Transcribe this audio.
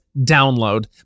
download